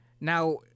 Now